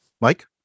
Mike